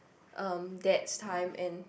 um dad's time and